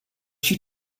she